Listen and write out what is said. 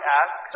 ask